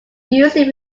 usually